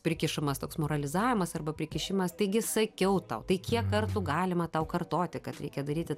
prikišamas toks moralizavimas arba prikišimas taigi sakiau tau tai kiek kartų galima tau kartoti kad reikia daryti